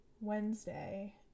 Wednesday